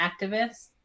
activists